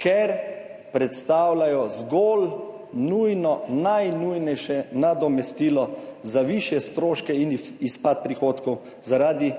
ker predstavljajo zgolj nujno, najnujnejše nadomestilo za višje stroške in izpad prihodkov zaradi